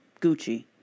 Gucci